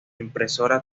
impresora